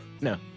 no